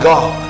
God